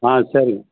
ஆ சரிங்க